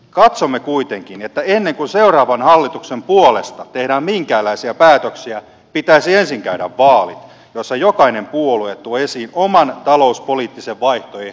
katsomme kuitenkin että ennen kuin seuraavan hallituksen puolesta tehdään minkäänlaisia päätöksiä pitäisi ensin käydä vaalit jossa jokainen puolue tuo esiin oman talouspoliittisen vaihtoehtonsa